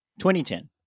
2010